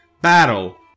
battle